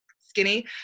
skinny